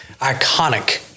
iconic